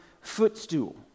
footstool